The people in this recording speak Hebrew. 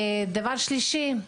דבר שלישי: